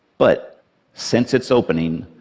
but since its opening,